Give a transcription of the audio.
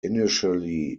initially